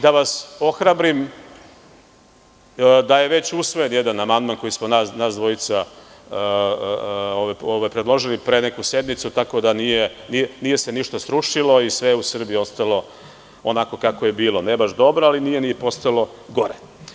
Da vas ohrabrim, već je usvojen jedan amandman koji smo nas dvojica predložili pre neku sednicu, tako da se nije ništa srušilo i sve je u Srbiji ostalo onako kako je bilo, ne baš dobro, ali nije ni postojalo gore.